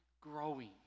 growing